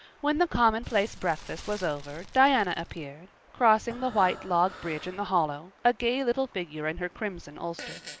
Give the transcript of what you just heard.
when the commonplace breakfast was over diana appeared, crossing the white log bridge in the hollow, a gay little figure in her crimson ulster.